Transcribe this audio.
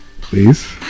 please